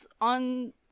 on